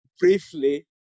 briefly